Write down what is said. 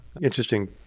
interesting